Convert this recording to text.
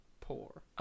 poor